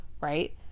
right